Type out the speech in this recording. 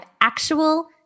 actual